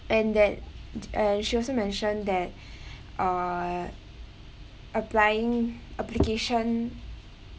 and that and she also mentioned that uh applying application